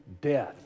death